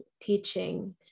teaching